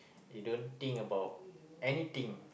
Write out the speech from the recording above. you don't think about anything